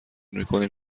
میکنیم